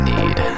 Need